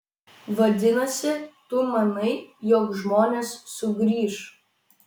vadinasi tu manai jog žmonės sugrįš